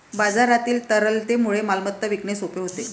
बाजारातील तरलतेमुळे मालमत्ता विकणे सोपे होते